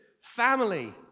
family